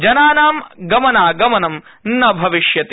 जनानां गमनागमनं न भविष्यति